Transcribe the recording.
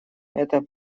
эта